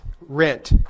rent